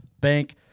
Bank